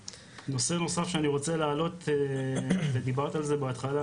נושא נוסף שאני רוצה להעלות ודיברת על זה בהתחלה